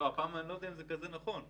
הפעם אני לא יודע אם זה כזה נכון.